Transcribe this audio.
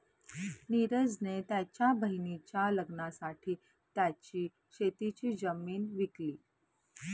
निरज ने त्याच्या बहिणीच्या लग्नासाठी त्याची शेतीची जमीन विकली